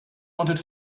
wanted